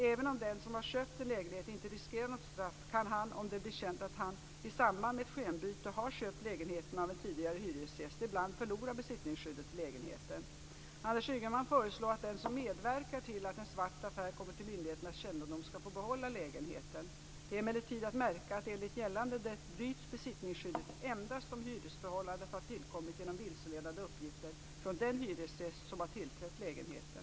Även om den som har köpt en lägenhet inte riskerar något straff kan han, om det blir känt att han i samband med ett skenbyte har köpt lägenheten av en tidigare hyresgäst, ibland förlora besittningsskyddet till lägenheten. Anders Ygeman föreslår att den som medverkar till att en svart affär kommer till myndigheternas kännedom skall få behålla lägenheten. Det är emellertid att märka att enligt gällande rätt bryts besittningsskyddet endast om hyresförhållandet har tillkommit genom vilseledande uppgifter från den hyresgäst som har tillträtt lägenheten.